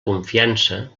confiança